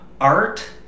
art